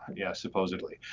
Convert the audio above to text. yes supposedly.